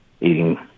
eating